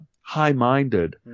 high-minded